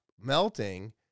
melting